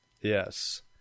Yes